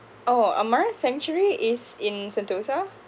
oh amara sanctuary is in sentosa